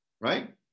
right